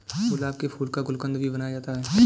गुलाब के फूल का गुलकंद भी बनाया जाता है